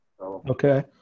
Okay